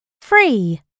free